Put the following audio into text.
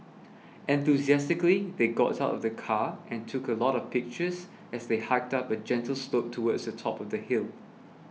enthusiastically they got out of the car and took a lot of pictures as they hiked up a gentle slope towards the top of the hill